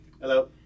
Hello